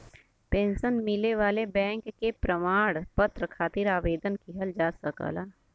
pension मिले वाले bank से प्रमाण पत्र खातिर आवेदन किहल जा सकला